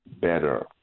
better